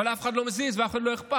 אבל לאף אחד לא מזיז ולאף אחד לא אכפת.